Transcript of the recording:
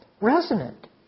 resonant